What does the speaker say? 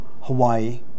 Hawaii